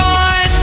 on